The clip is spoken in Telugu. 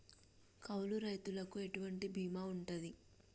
కౌలు రైతులకు ఎటువంటి బీమా ఉంటది?